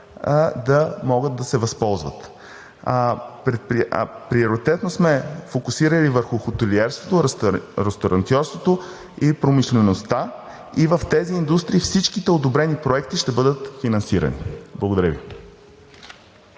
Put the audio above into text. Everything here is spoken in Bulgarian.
да могат да се възползват. Приоритетно сме се фокусирали върху хотелиерството, ресторантьорството и промишлеността и в тези индустрии всичките одобрени проекти ще бъдат финансирани. Благодаря Ви.